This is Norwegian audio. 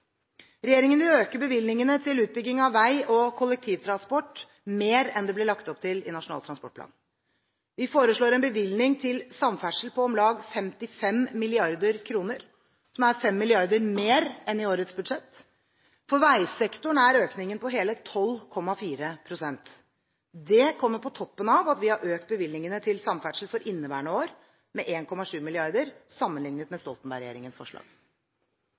Regjeringen vil øke bevilgningene til utbygging av vei og kollektivtransport mer enn det ble lagt opp til i Nasjonal transportplan. Vi foreslår en bevilgning til samferdsel på om lag 55 mrd. kr, som er 5 mrd. kr mer enn i årets budsjett. For veisektoren er økningen på hele 12,4 pst. Det kommer på toppen av at vi har økt bevilgningene til samferdsel for inneværende år med 1,7 mrd. kr sammenliknet med Stoltenberg-regjeringens forslag.